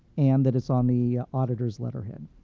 and that it's on the auditor's letterhead.